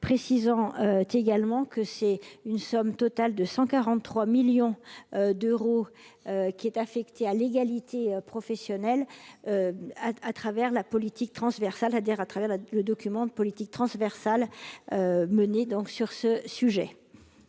précisant : tu également que c'est une somme totale de 143 millions d'euros, qui est affecté à l'égalité professionnelle, à travers la politique transversale adhère à travers la, le document de politique transversale menée donc sur ce sujet.